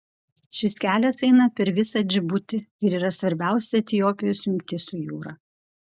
šis kelias eina per visą džibutį ir yra svarbiausia etiopijos jungtis su jūra